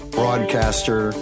broadcaster